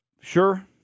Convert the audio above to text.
sure